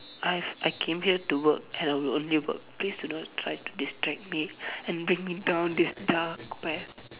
I've I came here to work and I'll only work please do not try to distract me and bring me down this dark path